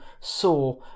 Saw